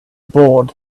board